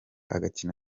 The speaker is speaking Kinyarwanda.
agakina